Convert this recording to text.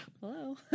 Hello